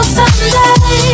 someday